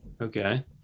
Okay